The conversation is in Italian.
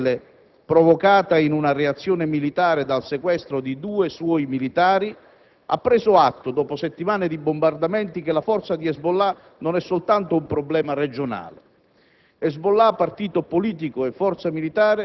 La certezza mi viene dal fatto che Israele, provocato in una reazione militare dal sequestro di due suoi militari, ha preso atto, dopo settimane di bombardamenti, che la forza di Hezbollah non è soltanto un problema regionale.